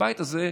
הבית הזה,